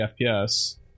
FPS